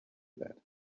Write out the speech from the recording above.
that